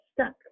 stuck